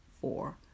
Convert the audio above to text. four